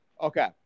Okay